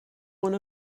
one